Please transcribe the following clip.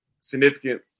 significant